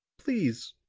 please.